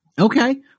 Okay